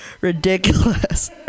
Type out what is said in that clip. Ridiculous